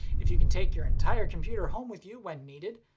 if you can take your entire computer home with you when needed,